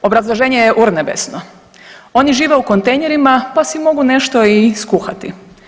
Obrazloženje je urnebesno, oni žive u kontejnerima pa si mogu nešto i skuhati.